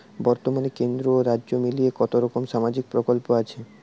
বতর্মানে কেন্দ্র ও রাজ্য মিলিয়ে কতরকম সামাজিক প্রকল্প আছে?